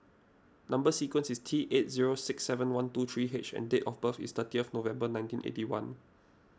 Number Sequence is T eight zero six seven one two three H and date of birth is thirty November nineteen eighty one